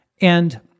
And-